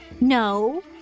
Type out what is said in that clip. No